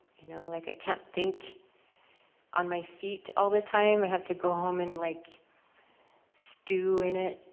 you know, like i can't think on my feet all the time. i have to go home and like stew in it,